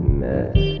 mess